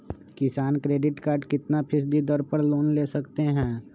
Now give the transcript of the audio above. किसान credit card कितना फीसदी दर पर लोन ले सकते हैं?